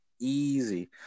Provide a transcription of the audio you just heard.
Easy